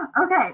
Okay